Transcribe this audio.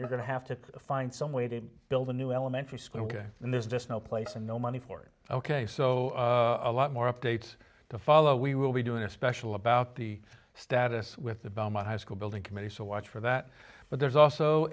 you're going to have to find some way to build a new elementary school and there's just no place and no money for it ok so a lot more updates to follow we will be doing a special about the status with the boma high school building committee so watch for that but there's also